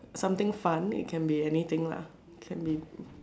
some thing fun it can be anything lah can be